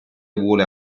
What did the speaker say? vuole